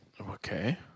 Okay